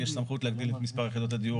יש סמכות להגדיל את מספר יחידות הדיור